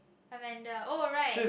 Amanda oh right